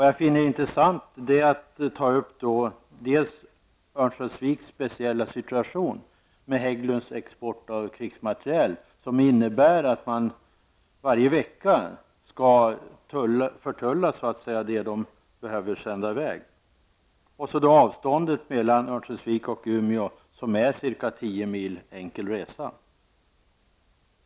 Jag finner det intressant att ta upp Örnsköldsviks speciella situation med Hägglunds export av krigsmateriel, som innebär att man varje vecka skall förtulla det som de behöver sända i väg samt avståndet mellan Örnsköldsvik och Umeå, som är cirka tio mil enkel resa.